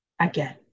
again